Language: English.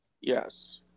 Yes